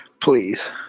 Please